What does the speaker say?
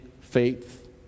faith